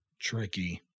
tricky